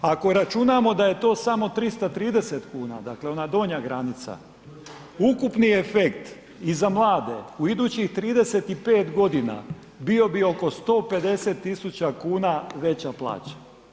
Ako računamo da je to samo 330 kuna, dakle ona donja granica, ukupni efekt i za mlade u idućih 35 godina bio bi oko 150.000 kuna veća plaća.